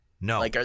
No